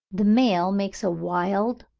the male makes a wild,